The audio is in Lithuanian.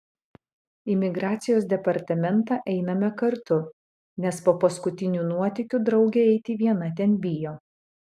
į migracijos departamentą einame kartu nes po paskutinių nuotykių draugė eiti viena ten bijo